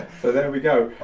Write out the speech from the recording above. so there we go.